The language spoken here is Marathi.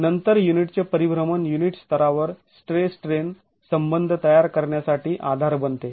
तर नंतर युनिटचे परिभ्रमण युनिट स्तरावर स्ट्रेस स्ट्रेन संबंध तयार करण्यासाठी आधार बनते